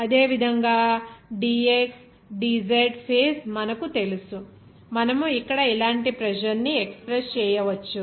అదేవిధంగా dxdz face మనకు తెలుసు మనము ఇక్కడ ఇలాంటి ప్రెజర్ ని ఎక్స్ప్రెస్ చేయవచ్చు